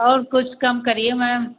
और कुछ कम करिए मैम